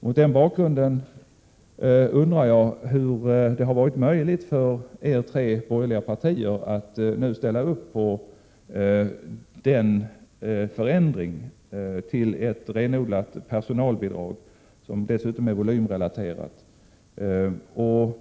Mot den bakgrunden undrar jag, hur det har varit möjligt för er tre borgerliga partier att nu ställa er bakom denna förändring till ett renodlat personalbidrag, som dessutom är volymrelaterat.